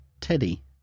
Teddy